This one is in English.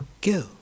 go